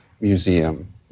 museum